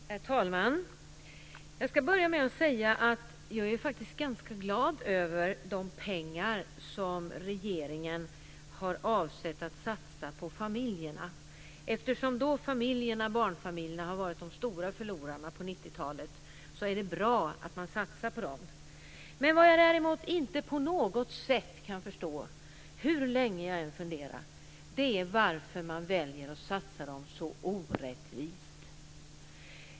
Herr talman! Jag ska börja med att säga att jag faktiskt är ganska glad över de pengar som regeringen har avsett att satsa på familjerna. Eftersom barnfamiljerna har varit de stora förlorarna på 90-talet, är det bra att man satsar på dem. Men vad jag däremot inte på något sätt kan förstå, hur länge jag än funderar, är varför man väljer att satsa dem så orättvist.